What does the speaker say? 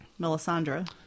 Melisandre